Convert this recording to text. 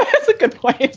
ah that's a good point